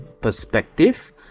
perspective